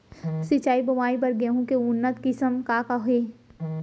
सिंचित बोआई बर गेहूँ के उन्नत किसिम का का हे??